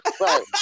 Right